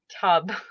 tub